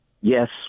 yes